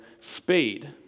speed